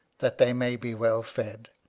that they may be well fed.